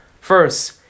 First